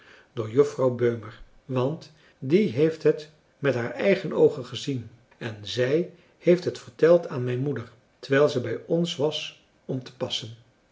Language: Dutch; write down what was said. door juffrouw beumer want die heeft het met haar eigen oogen gezien en zij heeft het verteld aan mijn moeder terwijl ze bij ons was om te passen